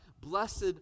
blessed